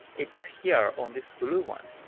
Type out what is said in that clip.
it's here on this blue one.